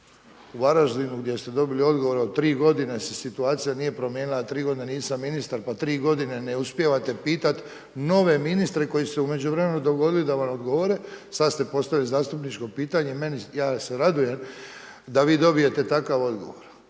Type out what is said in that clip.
u Varaždinu gdje ste dobili odgovor od tri godine se situacija se nije promijenila, a tri godine nisam ministar, pa tri godine ne uspijevate pitat nove ministre koji su se u međuvremenu dogodili da vam odgovore, sad ste postavili zastupničko pitanje meni, ja se radujem da vi dobijete takav odgovor.